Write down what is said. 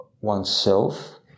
oneself